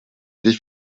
des